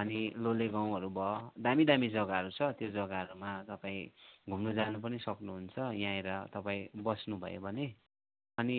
अनि लोले गाउँहरू भयो दामी दामी जग्गाहरू छ त्यो जग्गाहरूमा तपाईँ घुम्नु जानु पनि सक्नुहुन्छ यहाँ आएर तपाईँ बस्नुभयो भने अनि